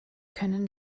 können